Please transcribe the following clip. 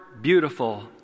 beautiful